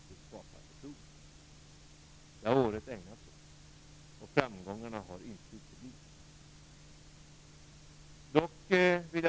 Detta har året ägnats åt, och framgångarna har inte uteblivit.